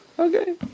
Okay